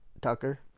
Tucker